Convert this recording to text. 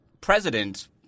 president